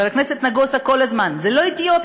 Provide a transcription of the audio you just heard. חבר הכנסת נגוסה כל הזמן אומר: זה לא אתיופי,